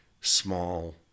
small